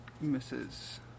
Misses